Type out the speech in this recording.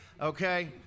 okay